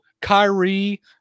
Kyrie